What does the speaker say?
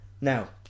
Now